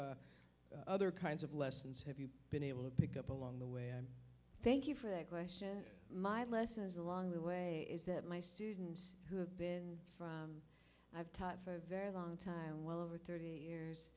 other kinds of lessons have you been able to pick up along the way i thank you for that question my lessons along the way is that my students who have been from i've taught for a very long time well over thirty years